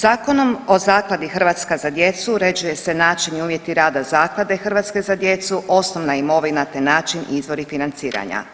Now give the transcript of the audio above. Zakonom o Zakladi „Hrvatska za djecu“ uređuju se načini i uvjeti rada Zaklade „Hrvatska za djecu“, osnovna imovina, te način i izvori financiranja.